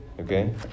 Okay